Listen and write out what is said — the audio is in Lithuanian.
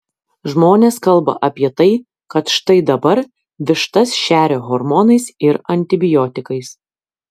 žmonės kalba apie tai kad štai dabar vištas šeria hormonais ir antibiotikais